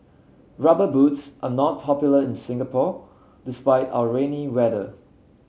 rubber boots are not popular in Singapore despite our rainy weather